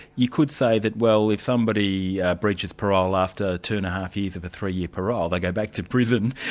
you could say that well, if somebody breaches parole after two and a half years of a three-year parole, they go back to prison,